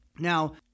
Now